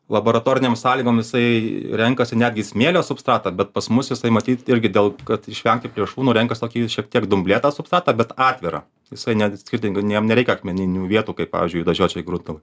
laboratorinėm sąlygom jisai renkasi netgi smėlio substratą bet pas mus jisai matyt irgi dėl kad išvengti plėšrūnų renkas tokį šiek tiek dumblėtą substratą bet atvirą jisai netgi skirtingai ne jam nereik akmeninių vietų kaip pavyzdžiui juodažiočiui grundalui